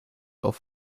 auf